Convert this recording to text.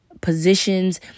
positions